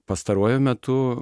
pastaruoju metu